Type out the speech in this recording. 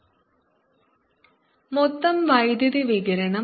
Sq24A21620c3ωt r2 Average power1T0TSdtq24A23220c3 r2 മൊത്തം വൈദ്യുതി വികിരണം